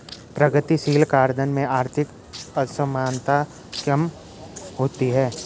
प्रगतिशील कराधान से आर्थिक असमानता कम होती है